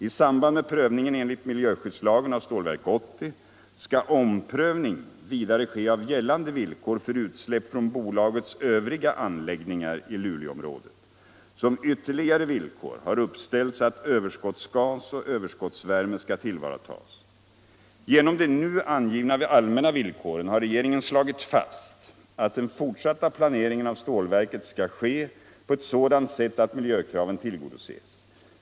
I samband med prövningen enligt miljöskyddslagen av Stålverk 80 skall omprövning vidare ske av gällande villkor för utsläpp från bolagets övriga anläggningar i Luleåområdet. Som ytterligare villkor har uppställts att överskottsgas och överskottsvärme skall tillvaratas. Genom de nu angivna allmänna villkoren har regeringen slagit fast att den fortsatta planeringen av stålverket skall ske på ett sådant sätt att miljökraven tillgodoses.